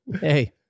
hey